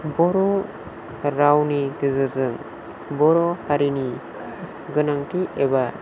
बर' रावनि गेजेरजों बर' हारिनि गोनांथि एबा